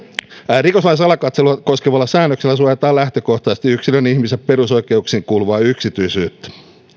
rikoslain salakatselua koskevalla säännöksellä suojataan lähtökohtaisesti yksilön ihmisen perusoikeuksiin kuuluvaa yksityisyyttä